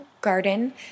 garden